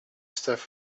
stuff